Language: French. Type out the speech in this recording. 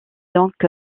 donc